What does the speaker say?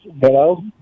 Hello